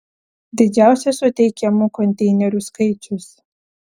didžiausias suteikiamų konteinerių skaičius